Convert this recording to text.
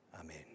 Amen